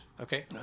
Okay